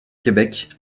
québec